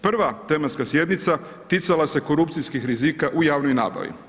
Prva tematska sjednica ticala se korupcijskih rizika u javnoj nabavi.